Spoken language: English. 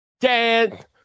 dance